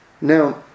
Now